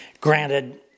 granted